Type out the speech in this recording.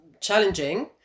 challenging